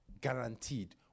Guaranteed